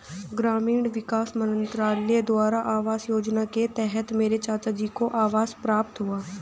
ग्रामीण विकास मंत्रालय द्वारा आवास योजना के तहत मेरे चाचाजी को आवास प्राप्त हुआ